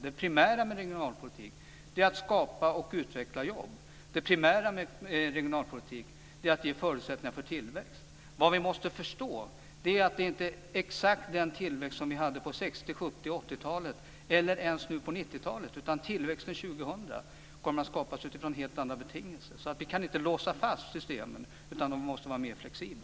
Det primära med regionalpolitik är att skapa och utveckla jobb och att ge förutsättningar för tillväxt. Vad vi måste förstå är att det inte är fråga om exakt den tillväxt som vi hade på 60-, 70 och 80 talen eller ens nu på 90-talet, utan tillväxten 2000 kommer att skapas utifrån helt andra betingelser. Vi kan alltså inte låsa fast systemen, utan de måste vara mer flexibla.